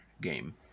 game